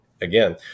again